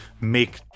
make